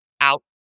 out